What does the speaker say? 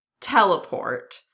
teleport